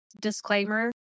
disclaimer